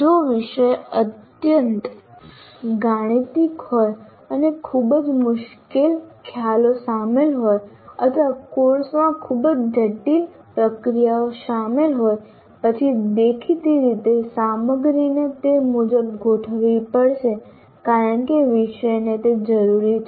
જો વિષય અત્યંત ગાણિતિક હોય અને ખૂબ જ મુશ્કેલ ખ્યાલો સામેલ હોય અથવા કોર્સમાં ખૂબ જ જટિલ પ્રક્રિયાઓ સામેલ હોય પછી દેખીતી રીતે સામગ્રીને તે મુજબ ગોઠવવી પડશે કારણ કે વિષયને તે જરૂરી છે